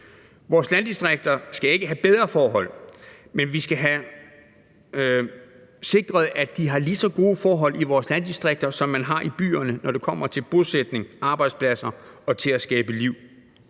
Vores landdistrikter skal ikke have bedre forhold end byerne, men vi skal have sikret, at de har lige så gode forhold i vores landdistrikter, som man har i byerne, når det kommer til bosætning, arbejdspladser og til at skabe liv.